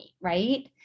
right